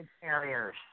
carriers